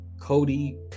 Cody